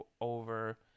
over